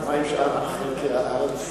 מה עם שאר חלקי הארץ?